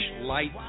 light